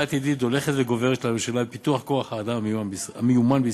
עתידית הולכת וגוברת של הממשלה בפיתוח כוח-האדם המיומן בישראל.